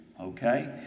Okay